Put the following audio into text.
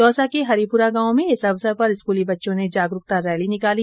दौसा के हरिपुरा गांव में इस अवसर पर स्कूली बच्चों ने जागरूकता रैली निकाली